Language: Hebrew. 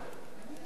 אינו נוכח